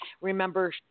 Remember